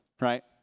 right